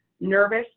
nervous